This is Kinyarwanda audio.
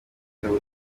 yitaba